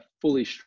fully